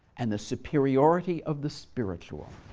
and the superiority of the spiritual.